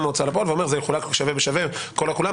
ההוצאה לפועל ואומר: זה יחולק שווה בשווה לכולם,